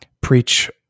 preach